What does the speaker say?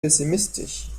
pessimistisch